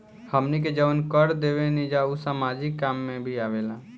हमनी के जवन कर देवेनिजा उ सामाजिक काम में भी आवेला